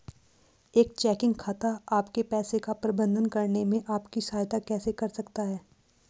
एक चेकिंग खाता आपके पैसे का प्रबंधन करने में आपकी सहायता कैसे कर सकता है?